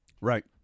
right